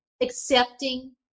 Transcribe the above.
accepting